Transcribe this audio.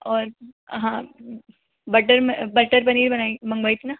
और हाँ butter butter paneer बनाई मंगवाई थी ना